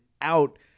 out